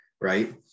right